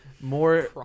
more